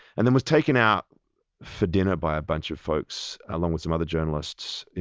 and then was taken out for dinner by a bunch of folks, along with some other journalists,